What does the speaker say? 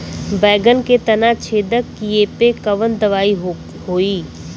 बैगन के तना छेदक कियेपे कवन दवाई होई?